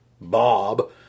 Bob